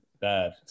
bad